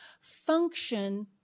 function